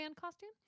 costume